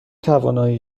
توانایی